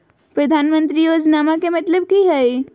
प्रधानमंत्री योजनामा के मतलब कि हय?